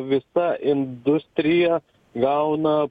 visa industrija gauna